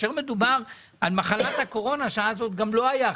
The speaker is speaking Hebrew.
כאשר מדובר על מחלת הקורונה שאז עוד גם לא היו חיסונים,